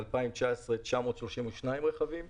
ב-2019 932 רכבים,